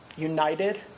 united